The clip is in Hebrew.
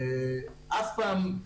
אף פעם,